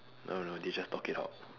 I don't know they just talk it out